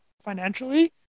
Financially